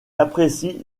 apprécie